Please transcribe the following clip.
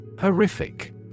Horrific